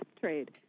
trade